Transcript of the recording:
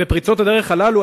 בפריצות הדרך הללו,